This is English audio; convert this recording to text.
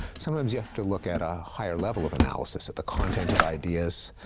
sometimes you have to look at a higher level of analysis, at the content of ideas,